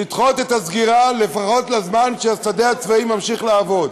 לדחות את הסגירה לפחות לזמן שהשדה הצבאי ממשיך לעבוד.